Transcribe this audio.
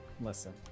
Listen